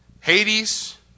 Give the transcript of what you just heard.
Hades